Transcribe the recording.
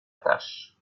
tâche